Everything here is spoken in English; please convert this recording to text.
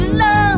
love